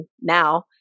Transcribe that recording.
now